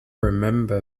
remember